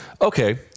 Okay